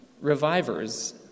revivers